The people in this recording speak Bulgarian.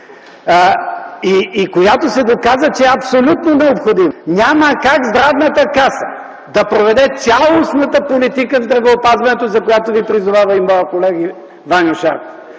и която се доказа, че е абсолютно необходима, няма как Здравната каса да проведе цялостната политика в здравеопазването, за която Ви призовава и моят колега Ваньо Шарков.